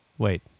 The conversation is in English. Wait